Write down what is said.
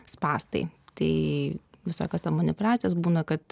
spąstai tai visokios ten manipuliacijos būna kad